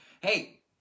Hey